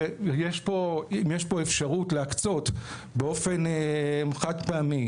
ואם יש פה אפשרות להקצות באופן חד פעמי